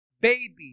baby